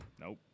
Nope